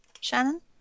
Shannon